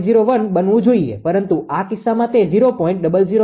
01 બનવું જોઈએ પરંતુ આ કિસ્સામાં તે 0